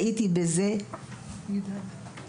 ראיתי בזה